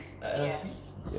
Yes